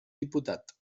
diputat